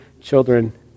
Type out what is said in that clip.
children